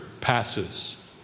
passes